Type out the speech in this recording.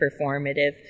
performative